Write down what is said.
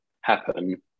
happen